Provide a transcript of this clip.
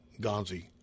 Gonzi